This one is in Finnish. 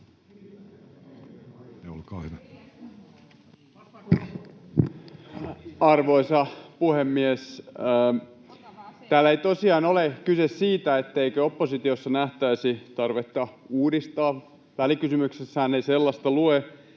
Arvoisa puhemies! Täällä ei tosiaan ole kyse siitä, etteikö oppositiossa nähtäisi tarvetta uudistaa — välikysymyksessähän ei sellaista lue.